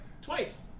Twice